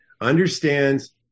understands